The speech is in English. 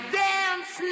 dance